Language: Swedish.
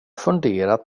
funderat